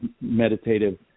meditative